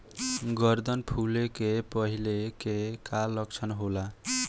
गर्दन फुले के पहिले के का लक्षण होला?